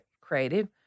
creative